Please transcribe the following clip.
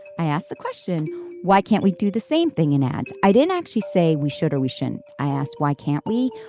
i asked the question why can't we do the same thing in ads. i didn't actually say we should or we shouldn't. i asked why can't we.